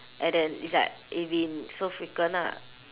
and then it's like it been so frequent ah